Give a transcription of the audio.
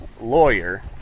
lawyer